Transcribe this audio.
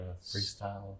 freestyle